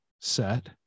set